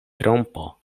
trompo